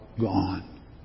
gone